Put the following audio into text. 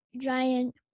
giant